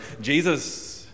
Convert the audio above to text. Jesus